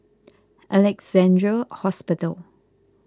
Alexandra Hospital